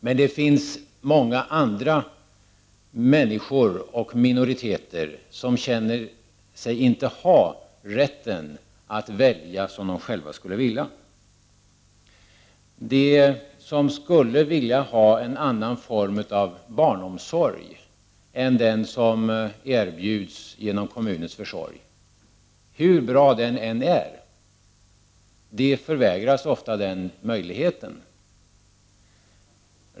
Men det finns många andra människor och minoriteter som känner sig inte ha rätten att välja som de själva skulle vilja. De som skulle vilja ha en annan form av barnomsorg än den som erbjuds genom kommunens försorg, hur bra denna än är, förvägras ofta den möjligheten.